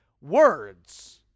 words